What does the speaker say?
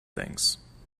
thanks